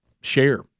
share